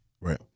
Right